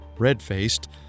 red-faced